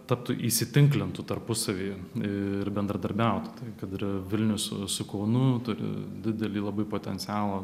taptų įsitinklintų tarpusavyje ir bendradarbiautų tai kad ir vilnius su su kaunu turi didelį labai potencialą